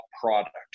product